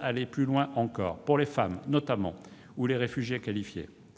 aller plus loin encore, notamment pour les femmes ou les réfugiés qualifiés.